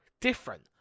different